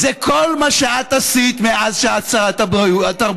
זה כל מה שאת עשית מאז שאת שרת התרבות.